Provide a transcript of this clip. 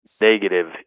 negative